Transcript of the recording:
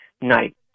night